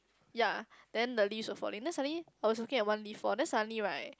ya then the leaves were falling then suddenly I was looking at one leaf fall then suddenly right